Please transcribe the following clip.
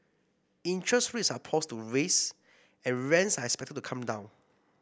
interest rates are poised to rise and rents are expected to come down